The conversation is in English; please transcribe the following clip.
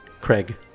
Craig